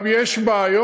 יש בעיות?